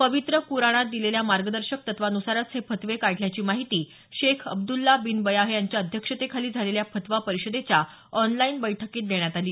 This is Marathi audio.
पवित्र कुराणात दिलेल्या मार्गदर्शक तत्वांनुसारच हे फतवे काढल्याची माहिती शेख अब्दुछा बीन बयाह यांच्या अध्यक्षतेखाली झालेल्या फतवा परिषदेच्या ऑनलाईन बैठकीत देण्यात आली